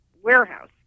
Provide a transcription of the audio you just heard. warehouse